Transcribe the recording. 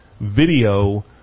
video